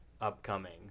upcoming